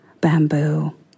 bamboo